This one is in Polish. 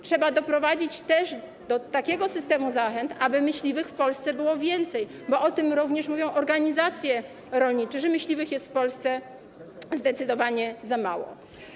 Trzeba doprowadzić też do takiego systemu zachęt, aby myśliwych w Polsce było więcej, bo o tym również mówią organizacje rolnicze, że myśliwych jest w Polsce zdecydowanie za mało.